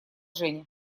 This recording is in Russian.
женя